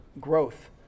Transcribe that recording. growth